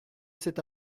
cet